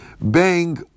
bang